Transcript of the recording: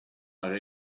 alla